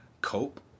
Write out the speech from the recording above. cope